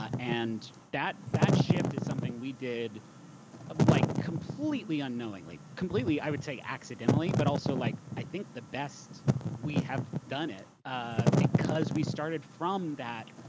ah and that that shift is something we did like completely unknowingly, completely, i would say, accidentally, but also, like i think, the best we have done it ah because we started from that